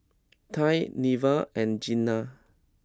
Tye Neva and Jena